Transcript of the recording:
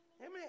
Amen